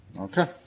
Okay